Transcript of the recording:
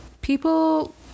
people